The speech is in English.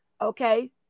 Okay